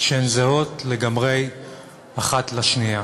שהן זהות לגמרי האחת לשנייה.